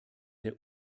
der